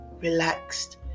relaxed